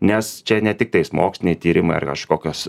nes čia ne tik tais moksliniai tyrimai ar kažkokios